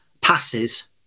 passes